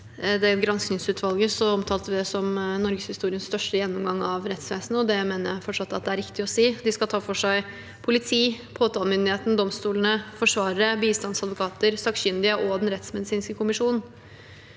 granskingsutvalget, omtalte vi det som norgeshistoriens største gjennomgang av rettsvesenet, og det mener jeg fortsatt er riktig å si. De skal ta for seg politi, påtalemyndigheten, domstolene, forsvarere, bistandsadvokater, sakkyndige og Den rettsmedisinske kommisjon.